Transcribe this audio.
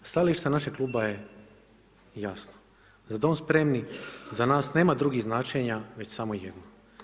Stajalište našeg kluba je jasno, Za dom spremni za nas nema drugih značenja već samo jedno.